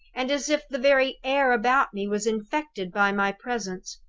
and as if the very air about me was infected by my presence!